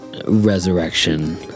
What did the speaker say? Resurrection